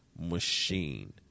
machine